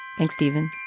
thanks, stephen.